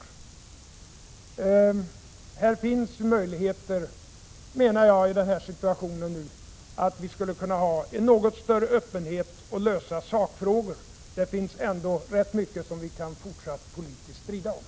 Jag menar att det i den här situationen finns möjligheter till en något större öppenhet så att vi skulle kunna lösa sakfrågor. Det kommer ändå att finnas rätt mycket som vi fortsatt kan strida om politiskt.